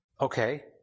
Okay